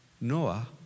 Noah